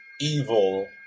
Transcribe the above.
evil